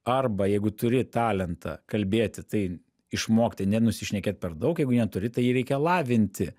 arba jeigu turi talentą kalbėti tai išmokti nenusišnekėt per daug jeigu neturi tai jį reikia lavinti